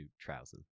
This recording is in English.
trousers